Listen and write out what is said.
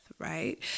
right